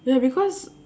ya because